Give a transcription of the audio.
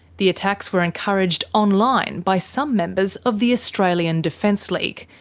the attacks were encouraged online by some members of the australian defence league,